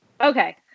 Okay